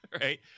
right